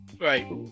Right